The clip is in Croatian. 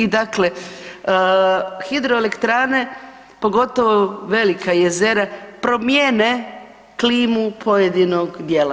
I dakle, hidroelektrane pogotovo velika jezera promijene klimu pojedinog dijela.